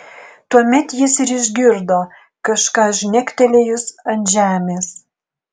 tuomet jis ir išgirdo kažką žnektelėjus ant žemės